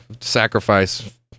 sacrifice